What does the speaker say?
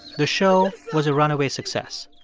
the show was a runaway success.